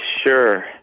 Sure